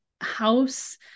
house